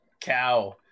cow